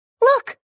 Look